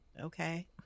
okay